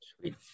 sweet